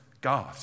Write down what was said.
God